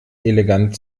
elegant